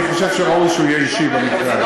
אני חושב שראוי שהוא יהיה אישי במקרה הזה.